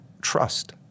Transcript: trust